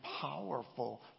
powerful